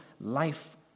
life